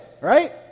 right